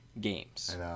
games